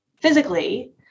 physically